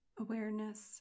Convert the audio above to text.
awareness